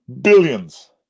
Billions